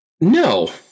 No